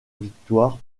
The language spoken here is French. victoires